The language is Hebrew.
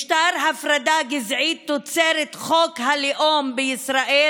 משטר הפרדה גזעי תוצרת חוק הלאום בישראל